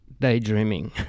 daydreaming